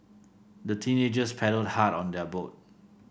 the teenagers paddled hard on their boat